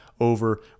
over